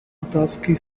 otázky